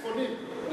הצפוניים.